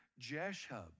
Jeshub